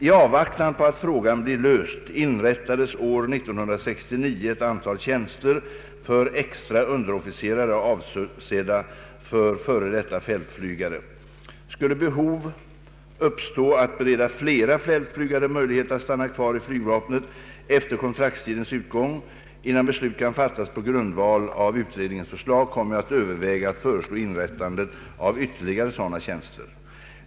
I avvaktan på att frågan blir löst inrättades år 1969 ett antal tjänster för extra underofficerare avsedda för f.d. fältflygare. Skulle behov uppstå att bereda flera fältflygare möjlighet att stanna kvar i flygvapnet efter kontraktstidens utgång, innan beslut kan fattas på grundval av utredningens förslag, kommer jag att överväga att föreslå inrättandet av ytterligare sådana tjänster.